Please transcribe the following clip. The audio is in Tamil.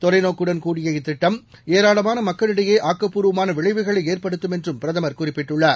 தொலைநோக்குடன் கூடிய இத்திட்டம் ஏராளமான மக்களிடையே ஆக்கப்பூர்வமான விளைவுகளை ஏற்படுத்தம் என்றும் பிரதமர் குறிப்பிட்டுள்ளார்